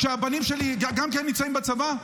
כשהבנים שלי גם כן נמצאים בצבא.